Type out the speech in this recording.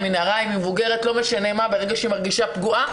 אם היא נערה אם היא מבוגרת וברגע שהיא מרגישה פגועה,